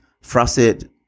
frosted